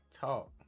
talk